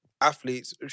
athletes